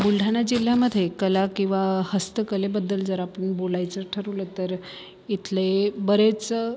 बुलढाणा जिल्ह्यामध्ये कला किंवा हस्तकलेबद्दल जर आपण बोलायचं ठरवलं तर इथले बरेच